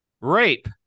Rape